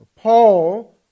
Paul